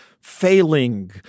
failing